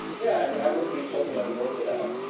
yeah and i would be totally on board with that.